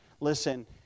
Listen